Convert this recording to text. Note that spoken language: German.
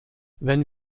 wenn